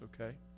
okay